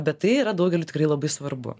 bet tai yra daugeliui tikrai labai svarbu